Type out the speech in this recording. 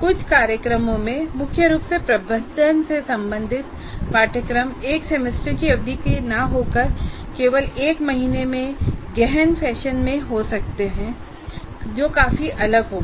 कुछ कार्यक्रमों में मुख्य रूप से प्रबंधन से संबंधित पाठ्यक्रम एक सेमेस्टर की अवधि का न होकर केवल एक महीने में गहन फैशन में हो सकता है जो काफी अलग होगा